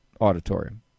auditorium